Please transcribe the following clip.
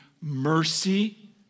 mercy